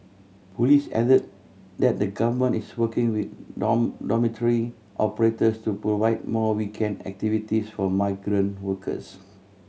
police added that the Government is working with dormitory operators to provide more weekend activities for migrant workers